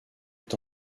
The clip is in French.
est